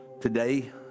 today